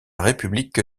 république